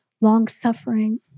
long-suffering